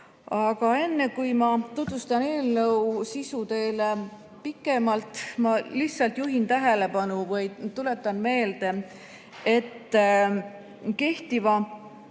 Aga enne kui ma tutvustan eelnõu sisu teile pikemalt, ma lihtsalt juhin tähelepanu või tuletan meelde, et kehtiva